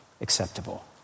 acceptable